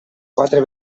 quatre